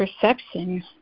perception